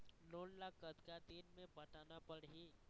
Loan ला कतका दिन मे पटाना पड़ही?